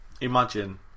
imagine